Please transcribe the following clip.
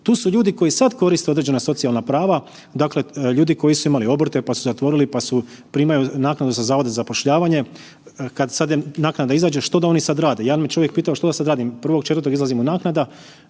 tu su ljudi koji sad koriste određena socijalna prava. Dakle, ljudi koji su imali obrte, pa su zatvorili, pa su primaju naknade sa zavoda za zapošljavanje. Kad sad naknada što da oni sad rade, jedan me čovjek pitao što da sada radim, 1.4. izlazi mu naknada,